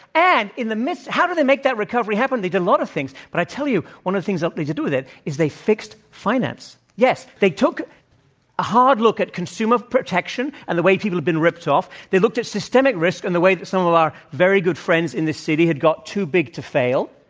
and in the midst how did they make that recovery happen? they did a lot of things. but i tell you, one of the things um that to do with it is they fixed finance. yes they took a hard look at consumer protection and the way people had been ripped off. they looked at systemic risk and the way that some of our very good friends in the city had got too big to fail,